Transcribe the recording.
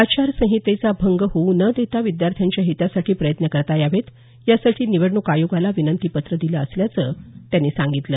आचार संहितेचा भंग होऊ न देता विद्यार्थ्यांच्या हितासाठी प्रयत्न करता यावेत यासाठी निवडणूक आयोगाला विनंती पत्र दिलं असल्याचं त्यांनी सांगितलं